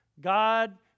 God